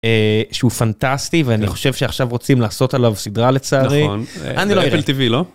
שהוא פנטסטי ואני חושב שעכשיו רוצים לעשות עליו סדרה לצערי. נכן. אני לא אראה.באפל tv, נכון?